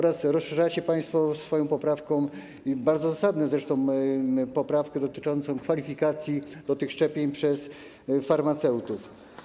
Rozszerzacie państwo swoją poprawką, bardzo zasadną zresztą, zapis dotyczący kwalifikacji do tych szczepień przez farmaceutów.